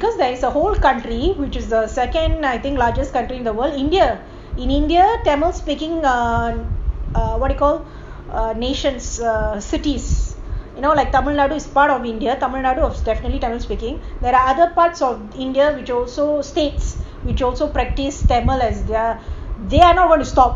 because there is a whole country which I think is the second I think largest country in the world india in india tamil speaking ugh ugh what you call nations cities you know like Tamil Nadu is part of india Tamil Nadu is definitely tamil speaking there are other parts of india which are also states which also practice tamil as their they are not going to stop